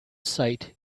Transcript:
sight